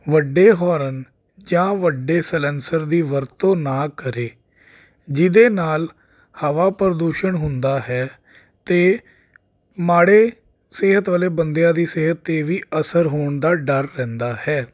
ਵੱਡੇ ਹਾਰਨ ਜਾਂ ਵੱਡੇ ਸਲੈਂਸਰ ਦੀ ਵਰਤੋਂ ਨਾ ਕਰੇ ਜਿਹਦੇ ਨਾਲ ਹਵਾ ਪ੍ਰਦੂਸ਼ਣ ਹੁੰਦਾ ਹੈ ਅਤੇ ਮਾੜੇ ਸਿਹਤ ਵਾਲੇ ਬੰਦਿਆਂ ਦੀ ਸਿਹਤ 'ਤੇ ਵੀ ਅਸਰ ਹੋਣ ਦਾ ਡਰ ਰਹਿੰਦਾ ਹੈ